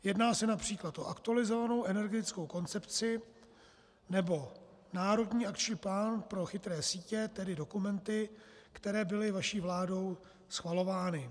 Jedná se například o aktualizovanou energetickou koncepci nebo národní akční plán pro chytré sítě, tedy dokumenty, které byly vaší vládou schvalovány.